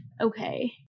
Okay